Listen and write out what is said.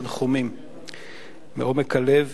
תנחומים מעומק הלב